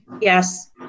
Yes